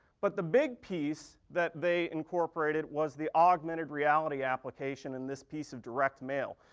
but the big piece that they incorporated was the augmented reality application in this piece of direct mail.